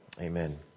Amen